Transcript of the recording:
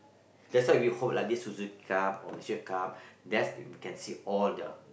that's why we hope lah this Suzuki-Cup or Malaysia-Cup that's we can see all the